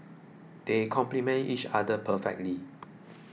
they complement each other perfectly